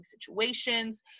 situations